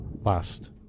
last